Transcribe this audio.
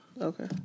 Okay